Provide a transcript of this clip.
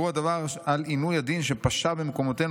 והוא הדבר על עינוי הדין שפשה במקומותינו,